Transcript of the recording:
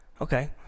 Okay